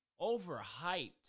overhyped